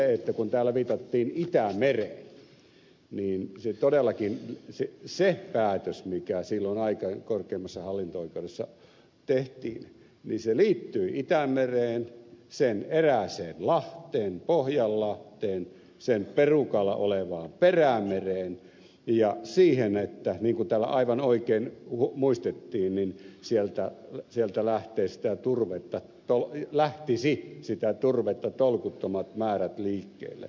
nimittäin kun täällä viitattiin itämereen niin todellakin se päätös mikä silloin korkeimmassa hallinto oikeudessa tehtiin liittyi itämereen sen erääseen lahteen pohjanlahteen sen perukalla olevaan perämereen ja siihen että niin kuin täällä aivan oikein muistettiin sieltä lähtisi sitä turvetta tolkuttomat määrät liikkeelle